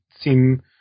seem